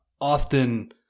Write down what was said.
often